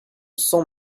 cent